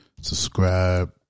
Subscribe